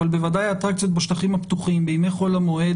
אבל בוודאי אטרקציות בשטחים הפתוחים בימי חול המועד